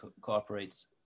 cooperates